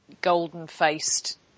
golden-faced